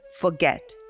forget